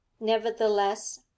Nevertheless